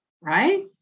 right